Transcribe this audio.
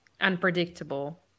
unpredictable